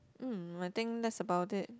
mm I think that's about it